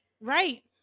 Right